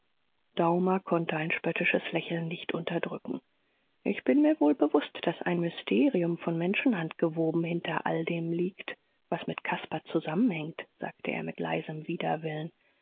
daumer konnte ein spöttisches lächeln nicht unterdrücken ich bin mir wohl bewußt daß ein mysterium von menschenhand gewoben hinter allem dem liegt was mit caspar zusammenhängt sagte er mit leisem widerwillen